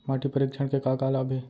माटी परीक्षण के का का लाभ हे?